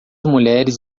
mulheres